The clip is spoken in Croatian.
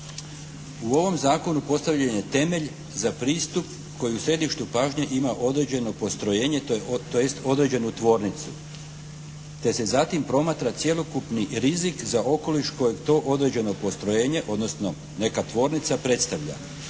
U ovom zakonu postavljen je temelj za pristup koji u središtu pažnje ima određeno postrojenje tj. određenu tvornicu, te se zatim promatra cjelokupni rizik za okoliš koje to određeno postrojenje odnosno neka tvornica predstavlja.